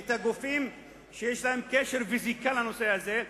את הגופים שיש להם קשר וזיקה לנושא הזה,